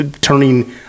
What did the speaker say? turning